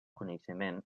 coneixement